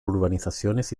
urbanizaciones